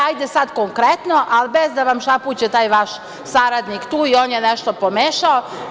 Hajde sada konkretno, ali bez da vam šapuće taj vaš saradnik, tu je i on je nešto pomešao.